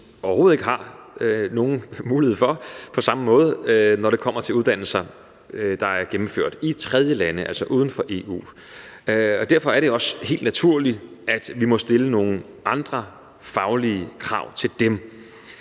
overhovedet ikke har nogen mulighed for at gå imod på samme måde, som når det kommer til uddannelser, der er gennemført i tredjelande, altså uden for EU. Derfor er det også helt naturligt, at vi må stille nogle andre faglige krav til dem.